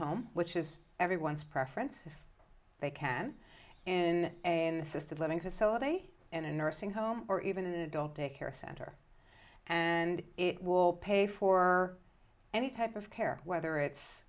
home which is everyone's preference if they can in a in the system living facility in a nursing home or even an adult daycare center and it will pay for any type of care whether it's